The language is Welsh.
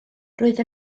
roedd